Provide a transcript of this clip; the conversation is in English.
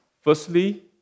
Firstly